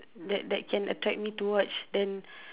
that that can attract me to watch then